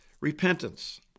repentance